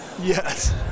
Yes